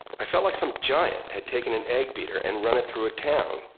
i felt like some giant had taken an egg beater and run it through a town,